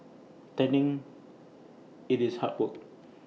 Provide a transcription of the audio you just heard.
tending IT is hard work